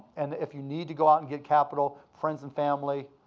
and if you need to go out and get capital, friends and family.